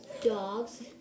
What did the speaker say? dogs